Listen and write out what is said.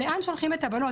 לאן שולחים את הבנות.